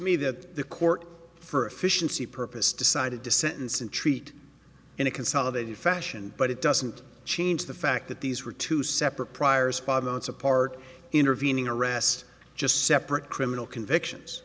me that the court for efficiency purpose decided to sentence and treat in a consolidated fashion but it doesn't change the fact that these were two separate prior spot amounts apart intervening arrest just separate criminal convictions